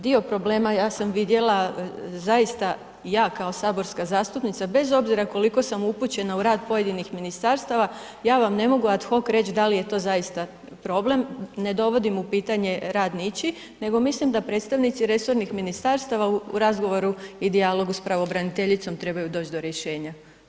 Dio problema, ja sam vidjela, zaista ja kao saborska zastupnica, bez obzira koliko sam upućena u rad pojedinih ministarstava, ja vam ne mogu ad hok reć da li je to zaista problem, ne dovodim u pitanje rad ničiji, nego mislim da predstavnici resornih ministarstava u razgovoru i dijalogu s pravobraniteljicom trebaju doć do rješenja.